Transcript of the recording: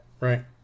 right